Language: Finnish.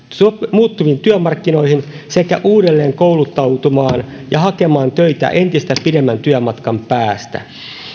muuttuviin työmarkkinoihin sekä uudelleenkouluttautumaan ja hakemaan töitä entistä pidemmän työmatkan päästä